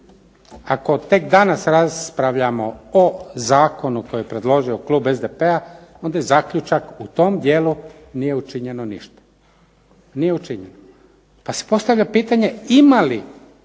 Ako tek danas raspravljamo o zakonu koji je predložio klub SDP-a onda je zaključak u tom dijelu nije učinjeno ništa, nije učinjeno. Pa se postavlja pitanje ima li